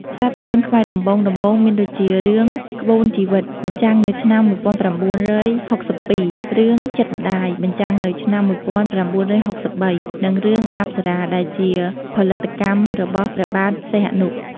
ខ្សែភាពយន្តខ្មែរដំបូងៗមានដូចជា រឿង"ក្បូនជីវិត" បញ្ចាំងនៅឆ្នាំ១៩៦២ រឿង"ចិត្តម្ដាយ" បញ្ចាំងនៅឆ្នាំ១៩៦៣ និង រឿង"អប្សរា"ដែលជាផលិតកម្មរបស់ព្រះបាទសីហនុ។